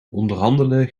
onderhandelen